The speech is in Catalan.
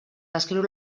descriu